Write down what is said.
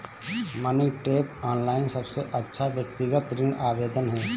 money Tap, online सबसे अच्छा व्यक्तिगत ऋण आवेदन है